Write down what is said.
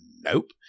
Nope